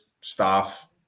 staff